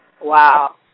Wow